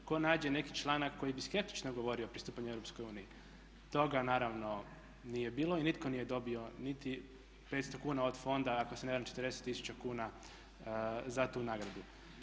Tko nađe neki članak koji diskretično govori o pristupanju EU toga naravno nije bilo i nitko nije dobio niti 500 kn od fonda ako se ne varam 40 000 kn za tu nagradu.